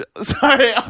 sorry